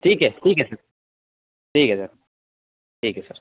ठीक है ठीक है सर ठीक है सर ठीक है सर